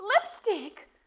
Lipstick